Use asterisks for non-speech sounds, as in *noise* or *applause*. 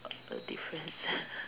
what's the difference *laughs*